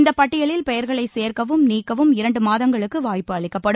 இந்தப் பட்டியலில் பெயர்களை சேர்க்கவும் நீக்கவும் இரண்டு மாதங்களுக்கு வாய்ப்பு அளிக்கப்படும்